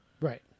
Right